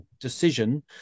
decision